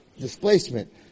displacement